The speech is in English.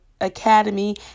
academy